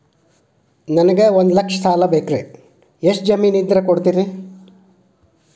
ನನಗೆ ಒಂದು ಲಕ್ಷ ಸಾಲ ಬೇಕ್ರಿ ಎಷ್ಟು ಜಮೇನ್ ಇದ್ರ ಕೊಡ್ತೇರಿ?